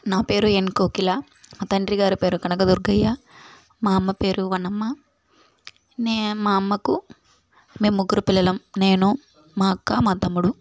నా పేరు ఎన్ కోకిల మా తండ్రి గారి పేరు కనక దుర్గయ్య మా అమ్మ పేరు వనమ్మ నే మా అమ్మకు మేం ముగ్గురు పిల్లలం నేను మా అక్క మా తమ్ముడు